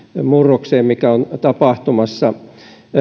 murrokseen mikä on tapahtumassa